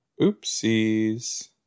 Oopsies